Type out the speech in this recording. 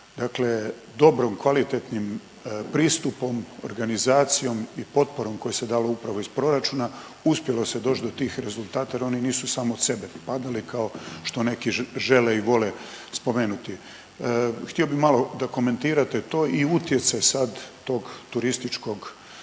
Dakle, dobrim, kvalitetnim pristupom, organizacijom i potporom koja se dala upravo iz proračuna uspjelo se doći do tih rezultata jer oni nisu samo od sebe napadali kao što neki žele i vole spomenuti. Htio bih malo da komentirate to i utjecaj sad tog turističkog financijskog